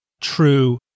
true